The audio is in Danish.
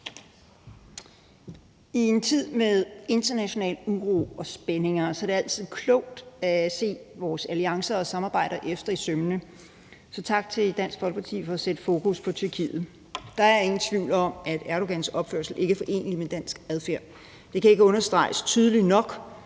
I en tid med international uro og spændinger er det altid klogt at se vores alliancer og samarbejder efter i sømmene, så tak til Dansk Folkeparti for at sætte fokus på Tyrkiet. Der er ingen tvivl om, at Erdogans opførsel ikke er forenelig med dansk adfærd. Det kan ikke understreges tydeligt nok.